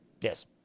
Yes